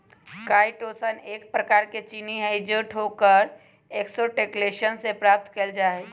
chitosan एक प्रकार के चीनी हई जो कठोर एक्सोस्केलेटन से प्राप्त कइल जा हई